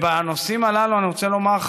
ובנושאים הללו אני רוצה לומר לך,